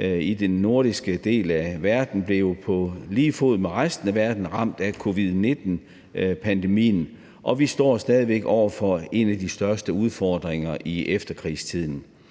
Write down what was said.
i den nordiske del af verden blev på lige fod med resten af verden ramt af covid-19-pandemien, og vi står stadig væk over for en af de største udfordringer i efterkrigstiden.